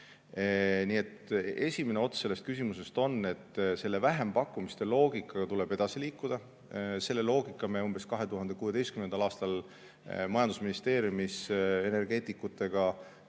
toota. Esimene osa selle küsimuse [vastusest] on, et vähempakkumiste loogikaga tuleb edasi liikuda. Selle loogika me umbes 2016. aastal majandusministeeriumis energeetikutega kokku